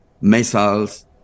missiles